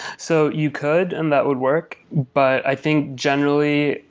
so you could, and that would work, but i think generally,